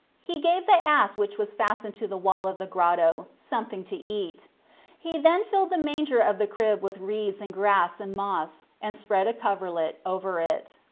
he gave the ass which was fastened to the wall of the grotto something to eat he then filled the manger of the crib with reeds and grass and moss and spread a coverlet over it.